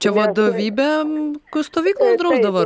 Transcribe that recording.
čia vadovybė stovykloje drausdavo